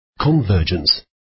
Convergence